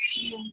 ம்